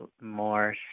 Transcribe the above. more